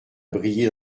briller